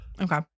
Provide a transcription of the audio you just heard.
Okay